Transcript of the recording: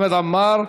חמד עמאר.